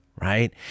Right